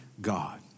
God